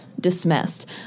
dismissed